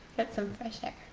get some fresh air